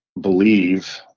believe